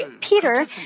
Peter